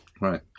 Right